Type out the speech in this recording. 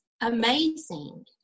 amazing